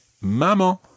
maman